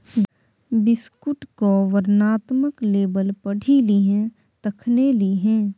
बिस्कुटक वर्णनात्मक लेबल पढ़ि लिहें तखने लिहें